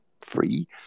free